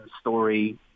story